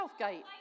Southgate